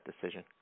decision